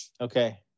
okay